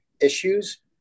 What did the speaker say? issues